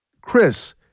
Chris